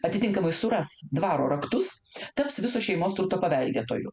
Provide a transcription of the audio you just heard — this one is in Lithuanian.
atitinkamai suras dvaro raktus taps viso šeimos turto paveldėtoju